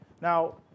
Now